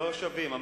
לא שווים.